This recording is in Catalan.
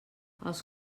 els